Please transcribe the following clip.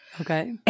Okay